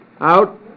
Out